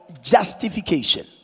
justification